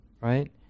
right